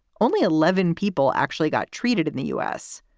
only eleven people actually got treated in the u s.